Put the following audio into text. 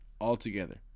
Altogether